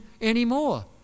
anymore